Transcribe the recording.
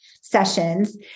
sessions